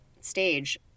stage